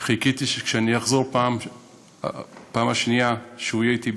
חיכיתי שכשאני אחזור בפעם השנייה, הוא יהיה אתי.